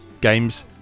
games